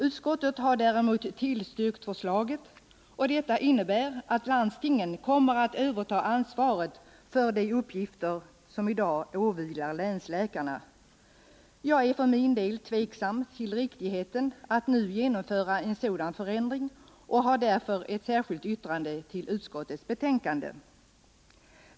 Utskottet har däremot tillstyrkt förslaget, och detta innebär att landstingen kommer att överta ansvaret för de uppgifter som i dag åvilar länsläkarna. Jag är för min del tveksam till riktigheten att nu genomföra en sådan förändring och har därför fogat ett särskilt yttrande till utskottets betänkande.